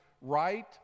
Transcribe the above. Right